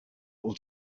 all